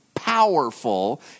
powerful